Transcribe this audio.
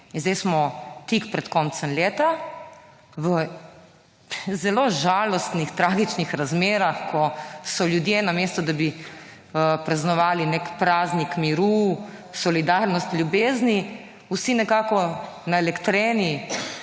In zdaj smo tik pred koncem leta v zelo žalostnih, tragičnih razmerah, ko so ljudje namesto, da bi praznovali nek praznik miru, solidarnost, ljubezni, vsi nekako naelektreni,